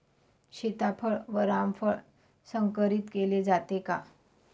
सीताफळ व रामफळ संकरित केले जाते का?